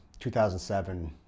2007